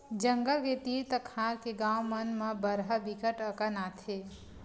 जंगल के तीर तखार के गाँव मन म बरहा बिकट अकन आथे